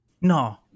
No